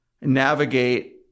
navigate